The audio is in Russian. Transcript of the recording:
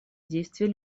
действий